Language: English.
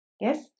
Yes